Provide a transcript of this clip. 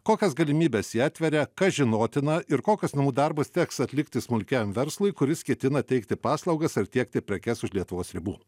kokias galimybes ji atveria kas žinotina ir kokius namų darbus teks atlikti smulkiajam verslui kuris ketina teikti paslaugas ar tiekti prekes už lietuvos ribų